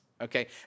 okay